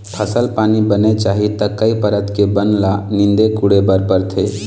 फसल पानी बने चाही त कई परत के बन ल नींदे कोड़े बर परथे